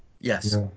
Yes